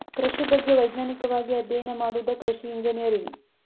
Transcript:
ಕೃಷಿ ಬಗ್ಗೆ ವೈಜ್ಞಾನಿಕವಾಗಿ ಅಧ್ಯಯನ ಮಾಡುದ ಕೃಷಿ ಇಂಜಿನಿಯರಿಂಗ್